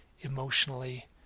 emotionally